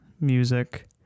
music